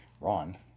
Ron